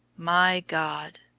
my god!